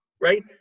right